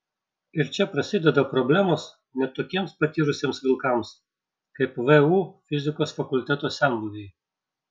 ir čia prasideda problemos net tokiems patyrusiems vilkams kaip vu fizikos fakulteto senbuviai